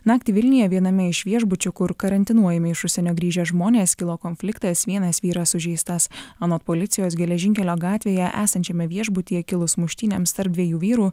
naktį vilniuje viename iš viešbučių kur karantinuojami iš užsienio grįžę žmonės kilo konfliktas vienas vyras sužeistas anot policijos geležinkelio gatvėje esančiame viešbutyje kilus muštynėms tarp dviejų vyrų